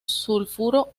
sulfuro